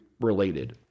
related